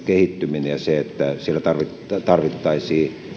kehittyminen ja se että siellä tarvittaisiin